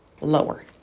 lower